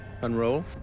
Unroll